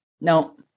No